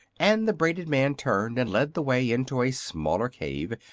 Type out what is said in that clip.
and the braided man turned and led the way into a smaller cave,